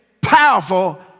powerful